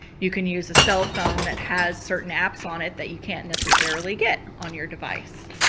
you can use a cell phone that has certain apps on it that you can't necessarily get on your device.